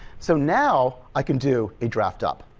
so now i can do a draft up.